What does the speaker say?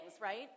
right